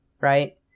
Right